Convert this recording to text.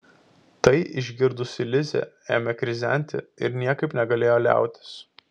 tai išgirdusi lizė ėmė krizenti ir niekaip negalėjo liautis